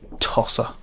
Tosser